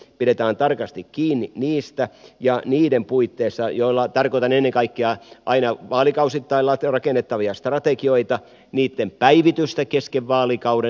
pidetään tarkasti kiinni niistä ja niiden puitteissa niillä tarkoitan ennen kaikkea aina vaalikausittain rakennettavia strategioita niitten päivitystä kesken vaalikauden